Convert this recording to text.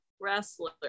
Wrestler